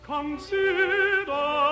Consider